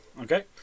Okay